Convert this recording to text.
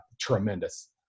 tremendous